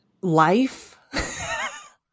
Life